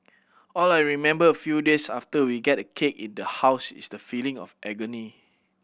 all I remember a few days after we get a cake in the house is the feeling of agony